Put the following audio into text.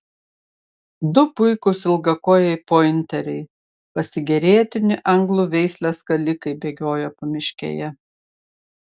du puikūs ilgakojai pointeriai pasigėrėtini anglų veislės skalikai bėgiojo pamiškėje